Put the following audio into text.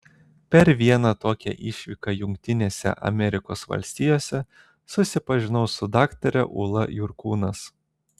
per vieną tokią išvyką jungtinėse amerikos valstijose susipažinau su daktare ūla jurkūnas